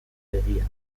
egia